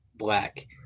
Black